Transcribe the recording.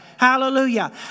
Hallelujah